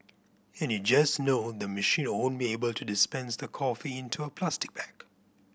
and you just know the machine won't be able to dispense the coffee into a plastic bag